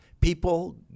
People